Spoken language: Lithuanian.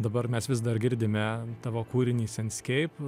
dabar mes vis dar girdime tavo kūrinį sensescape